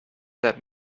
that